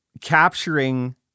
Capturing